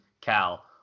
Cal